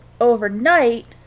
overnight